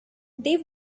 they